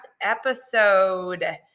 episode